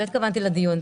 לא התכוונתי לדיון.